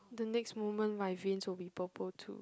the next moment my veins would be purple too